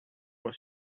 was